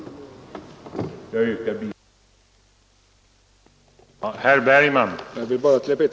Jag yrkar bifall till utskottets förslag.